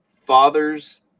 fathers